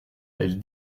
elle